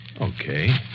Okay